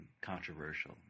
controversial